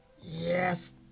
yes